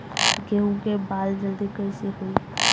गेहूँ के बाल जल्दी कईसे होई?